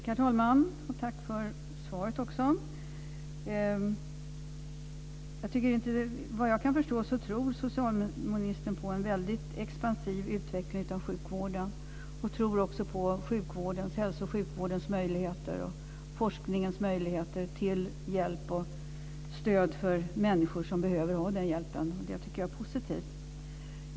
Herr talman! Tack för svaret. Vad jag kan förstå tror socialministern på en mycket expansiv utveckling av sjukvården och på hälso och sjukvårdens och forskningens möjligheter att ge hjälp och stöd till människor som behöver ha den hjälpen. Det tycker jag är positivt.